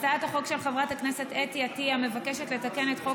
הצעת החוק של חברת הכנסת אתי עטייה מבקשת לתקן את חוק